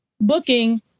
booking